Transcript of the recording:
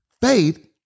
Faith